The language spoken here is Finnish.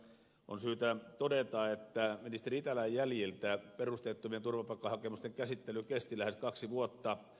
on syytä todeta että ministeri itälän jäljiltä perusteettomien turvapaikkahakemusten käsittely kesti lähes kaksi vuotta